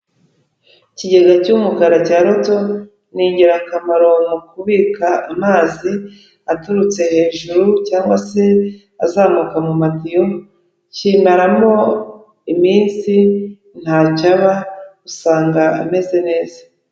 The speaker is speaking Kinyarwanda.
Ikigega cy'umukara cya roto ni ingirakamaro mu kubika amazi, aturutse hejuru cyangwa se azamuka mu matiyo, kimaramo iminsi, nta cyo aba, usanga ameze neza.